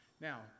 now